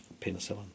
penicillin